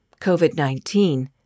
COVID-19